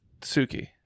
Suki